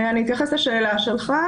אתייחס לשאלתך,